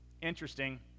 Interesting